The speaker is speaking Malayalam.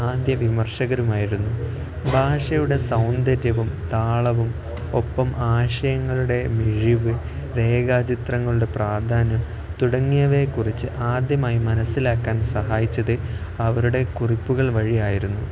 ആദ്യ വിമർശകരുമായിരുന്നു ഭാഷയുടെ സൗന്ദര്യവും താളവും ഒപ്പം ആശയങ്ങളുടെ മെഴിവ് രേഖാചിത്രങ്ങളുടെ പ്രാധാന്യം തുടങ്ങിയവയെ കുറിച്ച് ആദ്യമായി മനസ്സിലാക്കാൻ സഹായിച്ചത് അവരുടെ കുറിപ്പുകൾ വഴിയായിരുന്നു